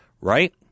right